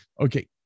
Okay